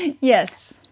Yes